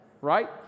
Right